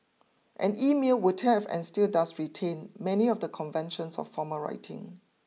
and email would have and still does retain many of the conventions of formal writing